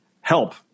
help